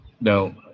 No